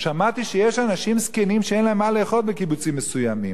שמעתי שיש אנשים זקנים שאין להם מה לאכול בקיבוצים מסוימים.